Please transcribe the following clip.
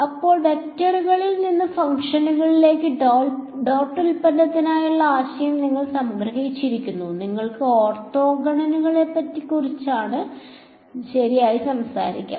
ഇപ്പോൾ വെക്റ്ററുകളിൽ നിന്ന് ഫംഗ്ഷനുകളിലേക്കുള്ള ഡോട്ട് ഉൽപ്പന്നത്തിനായുള്ള ആശയം നിങ്ങൾ സംഗ്രഹിച്ചിരിക്കുന്നു നിങ്ങൾക്ക് ഓർത്തോഗണാലിറ്റിയെക്കുറിച്ച് ശരിയായി സംസാരിക്കാം